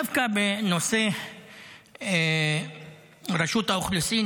דווקא בנושא רשות האוכלוסין,